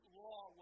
law